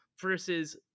versus